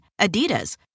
Adidas